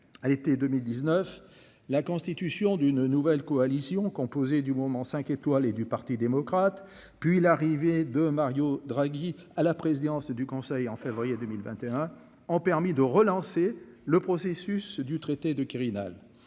à l'été 2019 la constitution d'une nouvelle coalition composée du Mouvement 5 étoiles et du Parti démocrate, puis l'arrivée de Mario Draghi à la présidence. C'est du Conseil en février 2000 21 ans, permis de relancer le processus. ASUS du traité de Quirinal